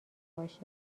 باشه